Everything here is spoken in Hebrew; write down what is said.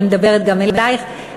אני מדברת גם אלייך,